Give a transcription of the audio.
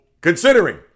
considering